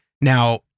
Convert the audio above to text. Now